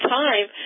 time